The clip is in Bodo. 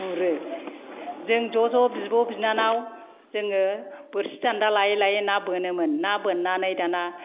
गुरो जों ज' ज' बिब' बिनानाव जोङो बोरसि दान्दा लायै लायै ना बोनोमोन ना बोन्नानै दाना